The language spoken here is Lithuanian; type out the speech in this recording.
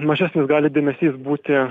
mažesnis gali dėmesys būti